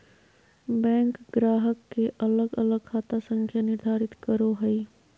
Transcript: bank ग्राहक के अलग अलग खाता संख्या निर्धारित करो हइ